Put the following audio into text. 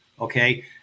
Okay